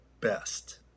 best